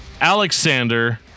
Alexander